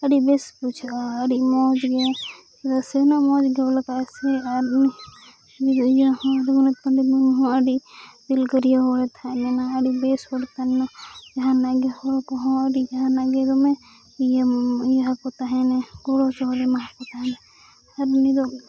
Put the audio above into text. ᱟᱹᱰᱤ ᱵᱮᱥ ᱵᱩᱡᱷᱟᱹᱜᱼᱟ ᱟᱹᱰᱤ ᱢᱚᱡᱽᱜᱮ ᱥᱮ ᱢᱚᱡᱽᱜᱮ ᱥᱮ ᱟᱨ ᱩᱱᱤ ᱤᱭᱟᱹᱦᱚᱸ ᱨᱚᱜᱷᱩᱱᱟᱛᱷ ᱯᱚᱸᱰᱤᱛ ᱢᱩᱨᱢᱩᱦᱚᱸ ᱟᱹᱰᱤ ᱫᱤᱞᱜᱟᱹᱨᱤᱭᱟᱹ ᱦᱚᱲᱮ ᱛᱟᱦᱮᱞᱮᱱᱟ ᱟᱹᱰᱤ ᱵᱮᱥ ᱦᱚᱲᱮ ᱛᱟᱦᱮᱸᱞᱮᱱᱟ ᱡᱟᱦᱟᱱᱟᱜ ᱜᱮ ᱦᱚᱲᱠᱚᱦᱚᱸ ᱟᱹᱰᱤ ᱡᱟᱦᱟᱱᱟᱜ ᱜᱮ ᱫᱚᱢᱮ ᱤᱭᱟᱹ ᱤᱭᱟᱹᱠᱚ ᱛᱟᱦᱮᱱᱮ ᱜᱚᱲᱚᱼᱥᱚᱯᱚᱦᱚᱫᱮ ᱮᱢᱟᱠᱚ ᱛᱟᱦᱮᱱᱟ ᱟᱨ ᱩᱱᱤ ᱫᱚ